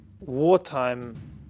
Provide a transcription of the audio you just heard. wartime